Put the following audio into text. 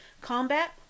combat